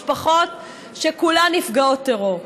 משפחות שכולן נפגעות טרור,